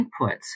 inputs